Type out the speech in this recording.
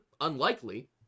unlikely